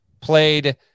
played